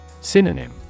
Synonym